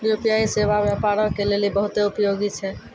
UPI सेबा व्यापारो के लेली बहुते उपयोगी छै